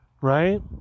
Right